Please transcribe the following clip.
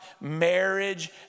marriage